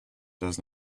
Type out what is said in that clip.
does